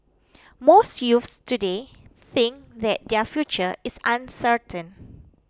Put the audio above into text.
most youths today think that their future is uncertain